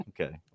Okay